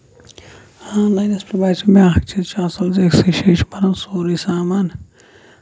ہاں اکھ چیٖز چھُ آسان زِ أکسٕے جایہِ چھُ بَنان سورُے سامانہٕ